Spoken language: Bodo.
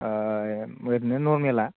ओह ओरैनो नरमेला